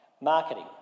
Marketing